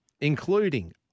including